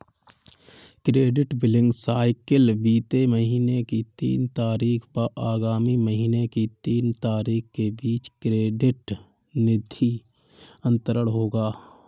credit billing cycle बीते महीने की तीन तारीख व आगामी महीने की तीन तारीख के बीच क्रेडिट निधि अंतरण होगा